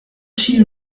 she